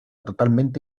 totalmente